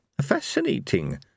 fascinating